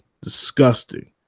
disgusting